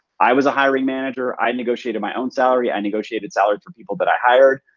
i was a hiring manager. i negotiated my own salary. i negotiated salaries for people that i hired.